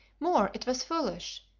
more, it was foolish,